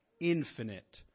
infinite